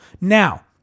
Now